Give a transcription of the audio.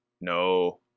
No